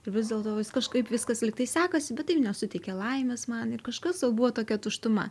vis dėlto vis kažkaip viskas lyg tai sekasi bet tai nesuteikia laimės man ir kažkas va buvo tokia tuštuma